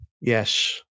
Yes